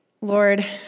Lord